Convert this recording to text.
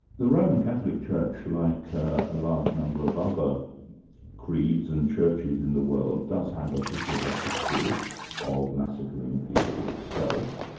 the roman catholic church like a large number of other creeds and churches in the world, does have a bit of a history of massacring people itself,